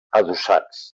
adossats